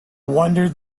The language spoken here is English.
wonder